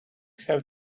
have